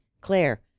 Claire